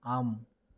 ஆம்